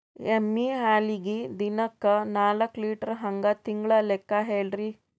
ಎಮ್ಮಿ ಹಾಲಿಗಿ ದಿನಕ್ಕ ನಾಕ ಲೀಟರ್ ಹಂಗ ತಿಂಗಳ ಲೆಕ್ಕ ಹೇಳ್ರಿ?